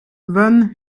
van